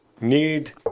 need